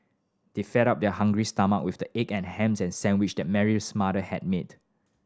they fed their hungry stomach with the egg and ham sandwich that Mary's mother had made